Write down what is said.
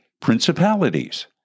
principalities